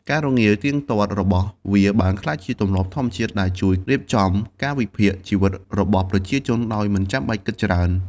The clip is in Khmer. ការរងាវទៀងទាត់របស់វាបានក្លាយជាទម្លាប់ធម្មជាតិដែលជួយរៀបចំកាលវិភាគជីវិតរបស់ប្រជាជនដោយមិនបាច់គិតច្រើន។